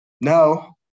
no